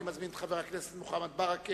אני מזמין את חבר הכנסת מוחמד ברכה.